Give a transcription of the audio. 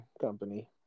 Company